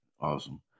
Awesome